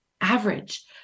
average